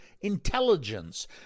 intelligence